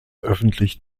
öffentlich